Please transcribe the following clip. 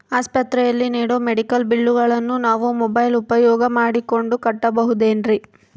ಆಸ್ಪತ್ರೆಯಲ್ಲಿ ನೇಡೋ ಮೆಡಿಕಲ್ ಬಿಲ್ಲುಗಳನ್ನು ನಾವು ಮೋಬ್ಯೆಲ್ ಉಪಯೋಗ ಮಾಡಿಕೊಂಡು ಕಟ್ಟಬಹುದೇನ್ರಿ?